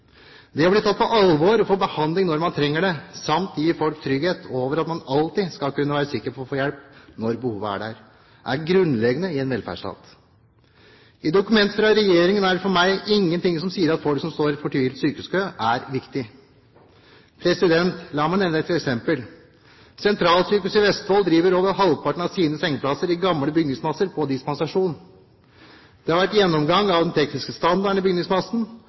Det å bli tatt på alvor og få behandling når man trenger det, samt å gi folk trygghet for at man alltid skal kunne være sikker på å få hjelp når behovet er der, er grunnleggende i en velferdsstat. I dokumentet fra regjeringen er det for meg ingenting som sier at folk som fortvilet står i sykehuskø, er viktig. La meg nevne et eksempel. Sentralsykehuset i Vestfold driver over halvparten av sine sengeplasser i gamle bygningsmasser på dispensasjon. Det har vært en gjennomgang av den tekniske standarden i bygningsmassen,